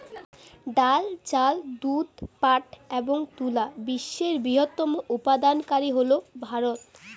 ডাল, চাল, দুধ, পাট এবং তুলা বিশ্বের বৃহত্তম উৎপাদনকারী হল ভারত